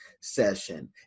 session